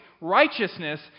righteousness